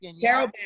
Carol